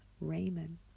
Raymond